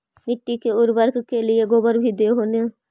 मिट्टी के उर्बरक के लिये गोबर भी दे हो न?